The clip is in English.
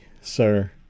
sir